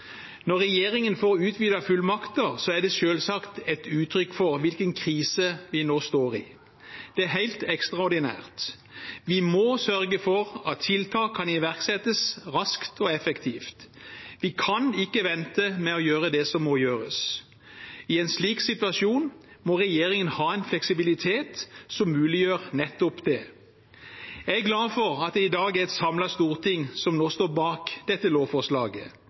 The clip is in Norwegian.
Når regjeringen får utvidede fullmakter, er det selvsagt et uttrykk for hvilken krise vi nå står i. Det er helt ekstraordinært. Vi må sørge for at tiltak kan iverksettes raskt og effektivt. Vi kan ikke vente med å gjøre det som må gjøres. I en slik situasjon må regjeringen ha en fleksibilitet som muliggjør nettopp det. Jeg er glad for at det i dag er et samlet storting som nå står bak dette lovforslaget.